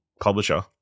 publisher